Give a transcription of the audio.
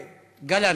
גלנט,